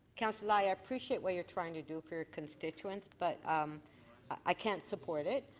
councillor lai, i appreciate what you're trying to do for your constituents, but um i can't support it.